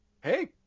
Hey